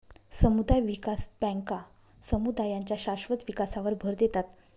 समुदाय विकास बँका समुदायांच्या शाश्वत विकासावर भर देतात